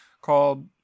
called